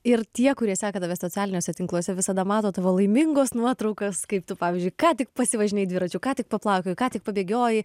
ir tie kurie seka tave socialiniuose tinkluose visada mato tavo laimingos nuotraukas kaip tu pavyzdžiui ką tik pasivažinėjai dviračiu ką tik paplaukiojai ką tik pabėgiojai